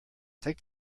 take